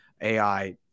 AI